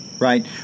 right